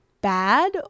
bad